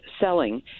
selling